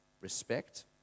respect